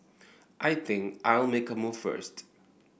I think I'll make a move first